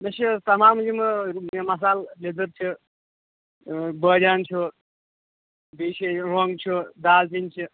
مےٚ چھِ تمام یِمہٕ مصالہٕ لیٚدٕر چھِ بٲدِیانہٕ چھُ بِیٚیہِ چھِ یہِ رۄنٛگ چھُ دالچیٖن چھِ